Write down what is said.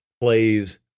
plays